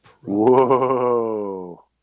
Whoa